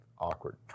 Awkward